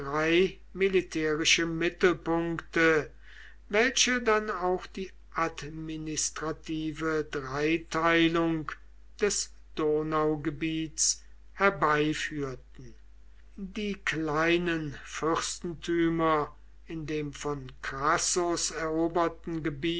militärische mittelpunkte welche dann auch die administrative dreiteilung des donaugebiets herbeiführten die kleinen fürstentümer in dem von crassus eroberten